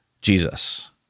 Jesus